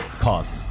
Pause